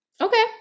Okay